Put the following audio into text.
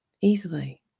easily